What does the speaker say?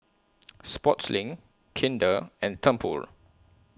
Sportslink Kinder and Tempur